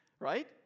right